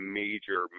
major